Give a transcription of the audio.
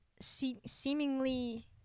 seemingly